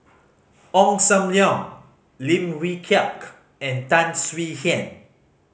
Ong Sam Leong Lim Wee Kiak and Tan Swie Hian